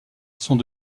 sont